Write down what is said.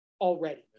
already